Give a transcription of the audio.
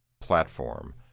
platform